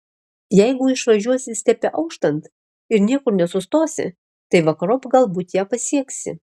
jeigu išvažiuosi stepe auštant ir niekur nesustosi tai vakarop galbūt ją pasieksi